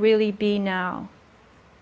really be now